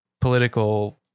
political